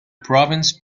province